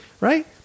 right